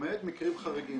למעט מקרים חריגים.